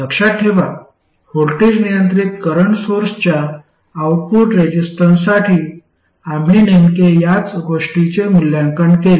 लक्षात ठेवा व्होल्टेज नियंत्रित करंट सोर्सच्या आउटपुट रेझिस्टन्ससाठी आम्ही नेमके याच गोष्टीचे मूल्यांकन केले